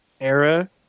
era